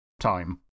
time